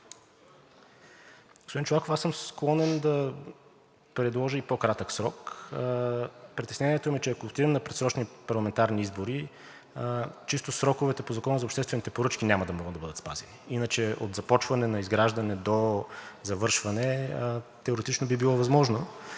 Господин Чолаков, аз съм склонен да предложа и по-кратък срок. Притеснението ми е, че ако отидем на предсрочни парламентарни избори, чисто сроковете по Закона за обществените поръчки няма да могат да бъдат спазени. Иначе от започване на изграждане до завършване теоретично би било възможно,